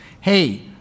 hey